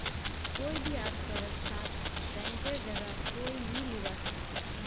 कोई भी अर्थव्यवस्थात बैंकेर जगह कोई नी लीबा सके छेक